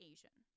Asian